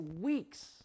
weeks